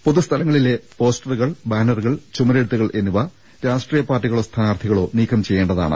പൊതുസ്ഥലങ്ങളിലെ പോസ്റ്ററുകൾ ബാനറുകൾ ചുവരെഴു ത്തുകൾ എന്നിവ രാഷ്ട്രീയ പാർട്ടികളോ സ്ഥാനാർഥികളോ നീക്കം ചെയ്യേണ്ടതാണ്